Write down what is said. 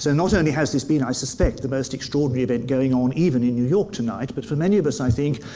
so not only has this been, i suspect, the most extraordinary event going on, even in new york tonight, but for many of, i think,